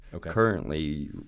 currently